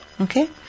okay